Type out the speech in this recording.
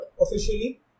officially